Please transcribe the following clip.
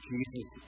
Jesus